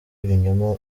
ibinyoma